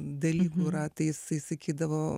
dalykų yra tai jisai sakydavo